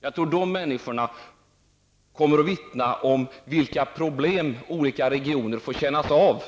Jag tror de människorna kommer att vittna om vilka problem olika regioner får känna av